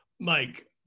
Mike